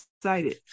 excited